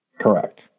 Correct